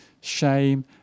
shame